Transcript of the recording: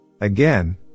Again